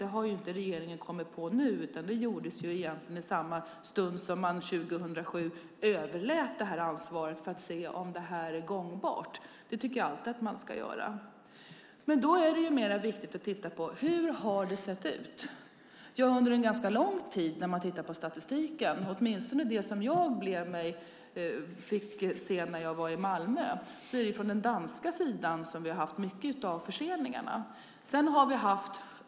Det har inte regeringen kommit på nu, utan det gjordes egentligen i samma stund som man 2007 överlät ansvaret för att se om det var gångbart. Det tycker jag alltid att man ska göra. Det är viktigare att titta på hur det har sett ut. Under en ganska lång tid är det på den danska sidan som vi har haft mycket av förseningarna. Det ser man när man tittar på statistiken, åtminstone i den jag fick se när jag var i Malmö.